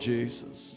Jesus